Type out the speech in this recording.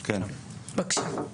בבקשה.